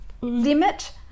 limit